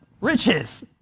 riches